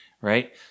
Right